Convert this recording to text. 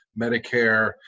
Medicare